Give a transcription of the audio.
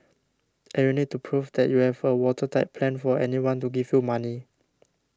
and you need to prove that you have a watertight plan for anyone to give you money